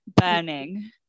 burning